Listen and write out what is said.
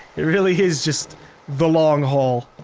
it really is just the long haul.